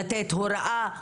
לתת הוראה,